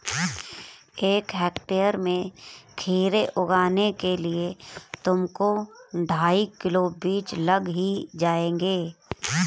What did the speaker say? एक हेक्टेयर में खीरे उगाने के लिए तुमको ढाई किलो बीज लग ही जाएंगे